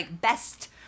best